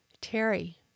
Terry